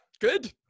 Good